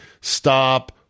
stop